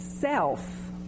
self